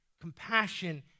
compassion